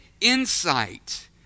insight